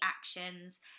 actions